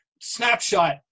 snapshot